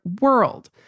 world